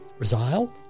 Resile